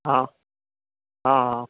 હ હ હ